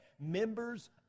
members